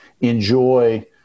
enjoy